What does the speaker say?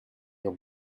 your